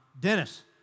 Dennis